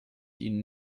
ihnen